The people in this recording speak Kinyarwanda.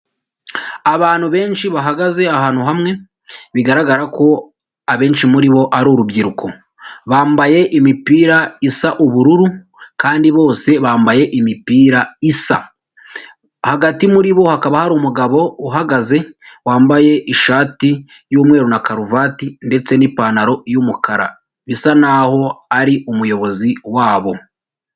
Abantu benshi bahagaze ahantu hamwe, bigaragara ko abenshi muri bo ari urubyiruko. Bambaye imipira isa ubururu, kandi bose bambaye imipira isa. Hagati muri bo hakaba hari umugabo uhagaze, wambaye ishati y'umweru na karuvati ndetse n'ipantaro y'umukara. Bisa n'aho ari umuyobozi wabo.